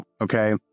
Okay